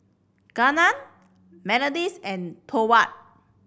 Gunnar Melodies and Thorwald